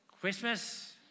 Christmas